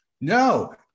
No